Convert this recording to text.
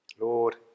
Lord